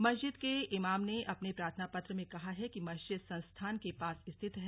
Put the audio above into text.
मस्जिद के इमाम इमाम ने अपने प्रार्थना पत्र में कहा है कि मस्जिद संस्थान के पास स्थित है